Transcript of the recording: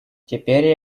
теперь